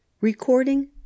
Recording